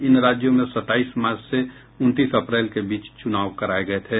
इन राज्यों में सत्ताईस मार्च से उनतीस अप्रैल के बीच चुनाव कराए गए थे